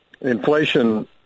Inflation